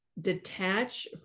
detach